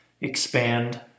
expand